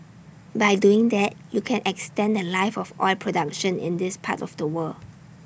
by doing that you can extend The Life of oil production in this part of the world